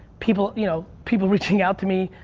people you know people reaching out to me,